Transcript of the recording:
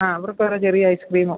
ആ അവര്ക്കോരോ ചെറിയ ഐസ്ക്രീമും